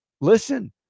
listen